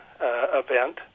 event